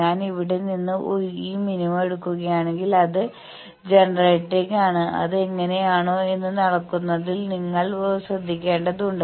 ഞാൻ ഇവിടെ നിന്ന് ഈ മിനിമ എടുക്കുകയാണെങ്കിൽ അത് ജനറേറ്ററിലേക്കാണ് അത് അങ്ങനെയാണോ എന്ന് അളക്കുന്നതിൽ നിങ്ങൾ ശ്രദ്ധിക്കേണ്ടതുണ്ട്